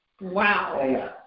Wow